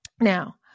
Now